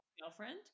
girlfriend